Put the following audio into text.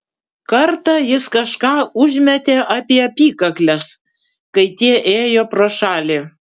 kartą jis kažką užmetė apie apykakles kai tie ėjo pro šalį